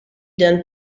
done